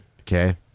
Okay